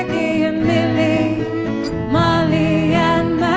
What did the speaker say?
and may molly